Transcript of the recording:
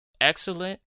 excellent